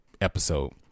episode